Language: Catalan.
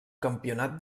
campionat